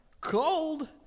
Cold